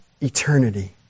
eternity